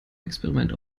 experiment